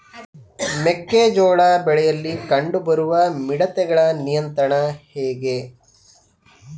ಮೆಕ್ಕೆ ಜೋಳ ಬೆಳೆಯಲ್ಲಿ ಕಂಡು ಬರುವ ಮಿಡತೆಗಳ ನಿಯಂತ್ರಣ ಹೇಗೆ?